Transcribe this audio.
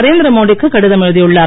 நரேந்திர மோடிக்கு கடிதம் எழுதியுள்ளார்